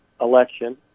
election